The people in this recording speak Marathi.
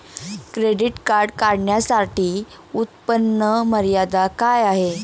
क्रेडिट कार्ड काढण्यासाठी उत्पन्न मर्यादा काय आहे?